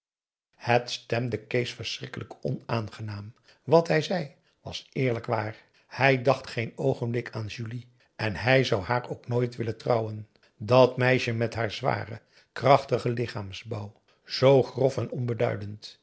het stemde kees verschrikkelijk onaangenaam wat hij zei was eerlijk waar hij dacht geen oogenblik aan julie en hij zou haar ook nooit willen trouwen dat meisje met haar zwaren krachtigen lichaamsbouw zoo grof en onbeduidend